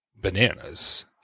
bananas